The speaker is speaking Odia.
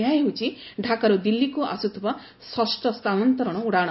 ଏହା ହେଉଛି ଢାକାରୁ ଦିଲ୍ଲୀକୁ ଆସୁଥିବା ଷଷ୍ଠ ସ୍ଥାନାନ୍ତରଣ ଉଡ଼ାଣ